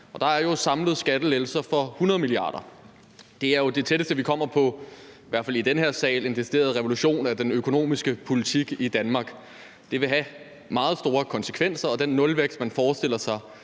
der er jo samlede skattelettelser for 100 mia. kr. Det er jo det tætteste, vi i hvert fald i den her sal kommer på en decideret revolution af den økonomiske politik i Danmark. Det vil have meget store konsekvenser, og den nulvækst, man forestiller sig